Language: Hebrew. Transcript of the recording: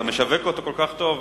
אתה משווק אותו כל כך טוב.